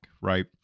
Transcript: right